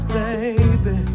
baby